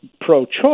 pro-choice